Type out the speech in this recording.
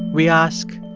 we ask,